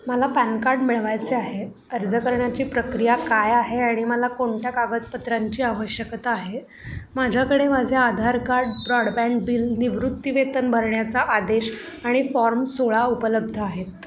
मला pan card मिळवायचे आहे अर्ज करण्याची प्रक्रिया काय आहे आणि मला कोणत्या कागदपत्रांची आवश्यकता आहे माझ्याकडे माझे आधार कार्ड ब्रॉडबँड बिल निवृत्तीवेतन भरण्याचा आदेश आणि फॉर्म सोळा उपलब्ध आहेत